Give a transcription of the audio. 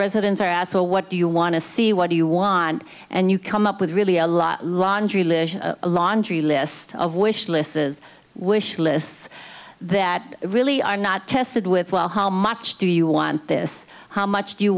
residents are asked well what do you want to see what do you want and you come up with really a lot laundry list a laundry list of wish lists of wish lists that really are not tested with well how much do you want this how much do you